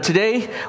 Today